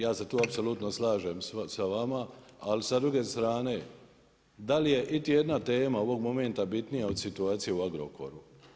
Ja se tu apsolutno slažem sa vama, ali s druge strane, da li je ili jedna tema ovog momenta bitnija od situacije u Agrokoru?